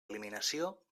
eliminació